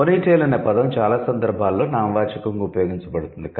'ponytail' అనే పదం చాలా సందర్భాలలో నామవాచకంగా ఉపయోగించబడుతుంది